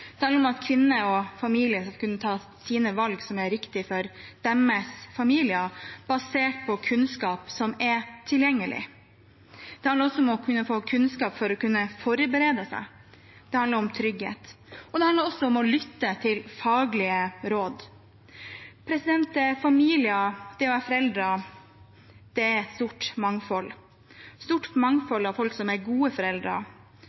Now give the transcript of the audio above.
det handler om at kvinnene og familiene skal kunne ta egne valg, som er riktige for deres familier, basert på kunnskap som er tilgjengelig. Det handler også om å få kunnskap for å kunne forberede seg. Det handler om trygghet. Det handler også om å lytte til faglige råd. Familier og det å være foreldre – det er et stort mangfold av folk som er gode foreldre,